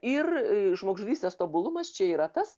ir žmogžudystės tobulumas čia yra tas